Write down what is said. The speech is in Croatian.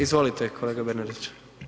Izvolite, kolega Bernardić.